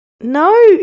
No